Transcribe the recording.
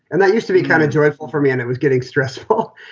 and they used to be kind of joyful for me, and it was getting stressful.